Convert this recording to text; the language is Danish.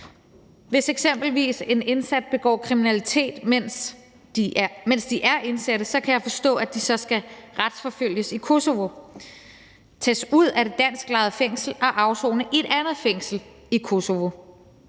Hvis eksempelvis en indsat begår kriminalitet, mens vedkommende er indsat, kan jeg forstå, at de så skal retsforfølges i Kosovo, tages ud af det dansklejede fængsel og afsone i et andet fængsel i Kosovo